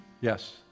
Yes